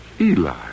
Eli